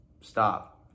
stop